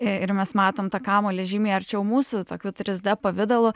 ir mes matom tą kamuolį žymiai arčiau mūsų tokiu trys d pavidalu